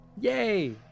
Yay